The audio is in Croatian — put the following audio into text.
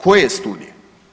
Koje studije?